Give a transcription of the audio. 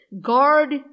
Guard